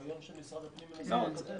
זה רעיון שמשרד הפנים מנסה לקדם.